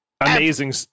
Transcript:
amazing